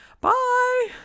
Bye